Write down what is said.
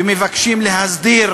ומבקשים להסדיר